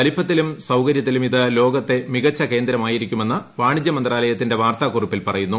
വലിപ്പത്തിലും സൌകരൃത്തിലും ഇത് ലോകത്തെ മികച്ച കേന്ദ്രമായിരിക്കുമെന്ന് വാണിജ്യ മന്ത്രാലയത്തിന്റെ വാർത്താക്കുറിപ്പിൽ പറയുന്നു